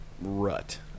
rut